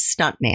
stuntman